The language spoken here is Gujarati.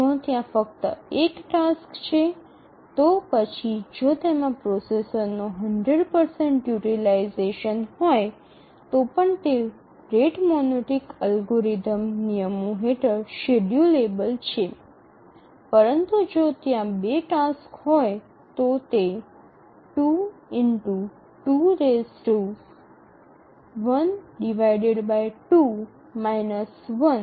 જો ત્યાં ફક્ત ૧ ટાસ્ક છે તો પછી જો તેમાં પ્રોસેસરનો ૧00 યુટીલાઈઝેશન હોય તો પણ તે રેટ મોનોટોનિક અલ્ગોરિધમ નિયમો હેઠળ શેડ્યૂલેબલ છે પરંતુ જો ત્યાં ૨ ટાસક્સ હોય તો તે 2 2 1 2 2 1